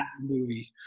movie